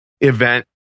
event